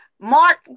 Mark